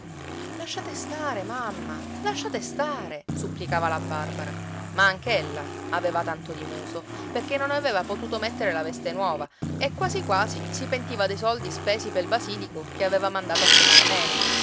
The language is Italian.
lasciate stare mamma lasciate stare supplicava la barbara ma anch'ella aveva tanto di muso perché non aveva potuto mettere la veste nuova e quasi quasi si pentiva dei soldi spesi pel basilico che aveva mandato a comare mena